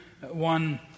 one